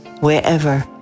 wherever